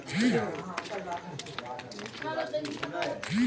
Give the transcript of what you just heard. Mobile app की मदद से अपनी फसलों को कैसे बेचें?